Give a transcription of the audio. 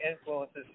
influences